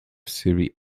serie